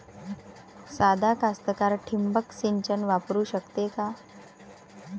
सादा कास्तकार ठिंबक सिंचन वापरू शकते का?